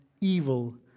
evil